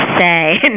say